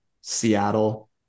Seattle